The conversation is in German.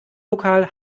lokal